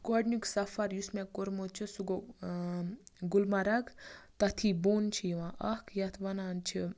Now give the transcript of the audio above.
گۄڈٕنیُک سَفر یُس مےٚ کوٚرمُت چھُ سُہ گوٚو گُلمرگ تَتھی بوٚن چھُ یِوان اَکھ یَتھ وَنان چھِ